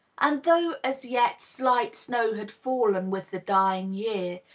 and though as yet slight snow had fallen with the dying year,